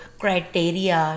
criteria